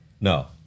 No